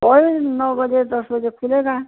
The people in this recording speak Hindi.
वही नौ बजे दस बजे खुलेगा